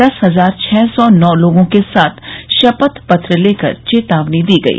दस हजार छः सौ नौ लोगों से शपथ पत्र लेकर चेतावनी दी गई